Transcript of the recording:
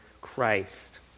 Christ